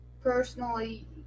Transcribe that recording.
Personally